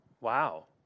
Wow